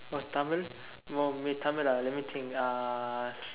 oh Tamil orh uh Tamil ah let me think uh